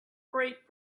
great